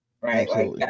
right